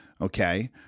Okay